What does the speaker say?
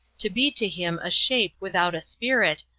to be to him a shape without a spirit,